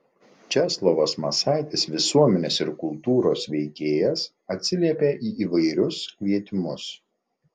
česlovas masaitis visuomenės ir kultūros veikėjas atsiliepia į įvairius kvietimus